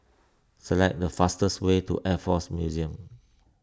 select the fastest way to Air force Museum